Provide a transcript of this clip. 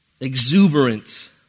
exuberant